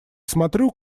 смотрю